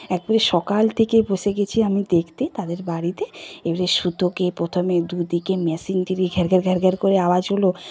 একবারে সকাল থেকে বসে গেছি আমি দেখতে তাদের বাড়িতে এবারে সুতোকে প্রথমে দুদিকে মেশিনতে রেখে ঘ্যার ঘ্যার ঘ্যার ঘ্যার করে আওয়াজ হলো